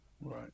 right